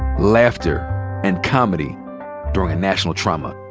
laughter and comedy durin' a national trauma.